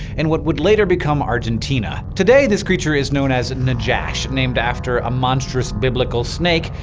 in what would later become argentina. today this creature is known as najash named after a monstrous biblical snake.